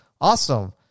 awesome